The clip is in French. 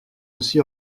aussi